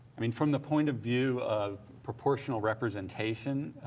i mean, from the point of view of proportional representation,